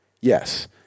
yes